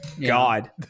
God